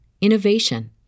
innovation